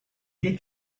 did